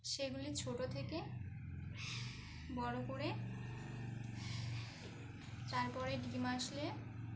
সেগুলি ছোটো থেকে বড়ো করে তারপরে ডিম আসলে